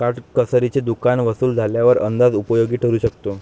काटकसरीचे दुकान वसूल झाल्यावर अंदाज उपयोगी ठरू शकतो